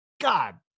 god